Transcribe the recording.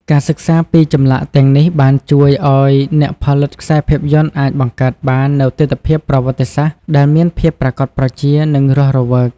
ការសិក្សាពីចម្លាក់ទាំងនេះបានជួយឲ្យអ្នកផលិតខ្សែភាពយន្តអាចបង្កើតបាននូវទិដ្ឋភាពប្រវត្តិសាស្ត្រដែលមានភាពប្រាកដប្រជា និងរស់រវើក។